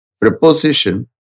preposition